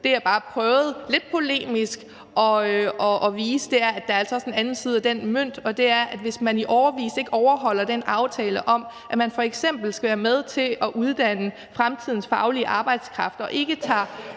Det, jeg bare prøvede, lidt polemisk, at vise, er, at der altså også er en anden side af den mønt, og det er, at hvis man i årevis ikke overholder den aftale om, at man f.eks. skal være med til at uddanne fremtidens faglige arbejdskraft, og ikke tager